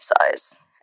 size